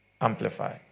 Amplify